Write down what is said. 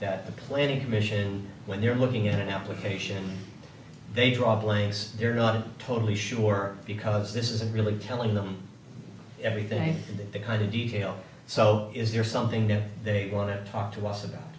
that the planning commission when they're looking at an application they draw blades they're not totally sure because this isn't really telling them everything behind in detail so is there something that they want to talk to us about